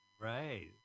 Right